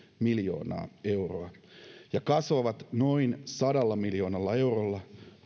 miljoonaa euroa ja kasvavat noin sadalla miljoonalla eurolla